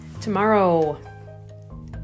Tomorrow